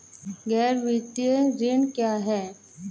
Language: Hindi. गैर वित्तीय ऋण क्या है?